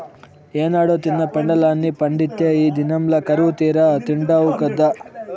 ఏనాడో తిన్న పెండలాన్ని పండిత్తే ఈ దినంల కరువుతీరా తిండావు గదా